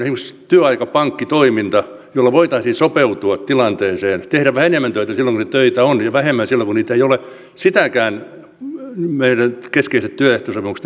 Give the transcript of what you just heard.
esimerkiksi työaikapankkitoimintaa jolla voitaisiin sopeutua tilanteeseen tehdä vähän enemmän töitä silloin kun niitä töitä on ja vähemmän silloin kun niitä ei ole eivät sitäkään meidän keskeiset työehtosopimuksemme oikein mahdollista